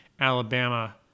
Alabama